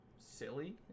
silly